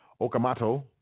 okamoto